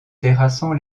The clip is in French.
terrassant